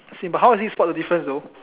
same but how is it spot the difference though